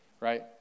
right